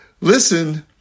listen